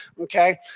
Okay